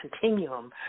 continuum